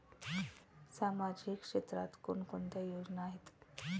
सामाजिक क्षेत्रात कोणकोणत्या योजना आहेत?